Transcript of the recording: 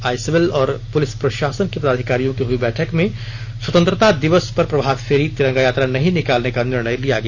आज सिविल और पुलिस प्रशासन के पदाधिकारियों की हुई बैठक में स्वतंत्रता दिवस पर प्रभातफेरी तिरंगा यात्रा नहीं निकालने का निर्णय लिया गया